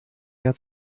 mehr